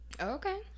Okay